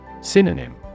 Synonym